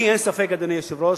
לי אין ספק, אדוני היושב-ראש,